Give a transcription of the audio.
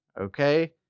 Okay